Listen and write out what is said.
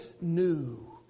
new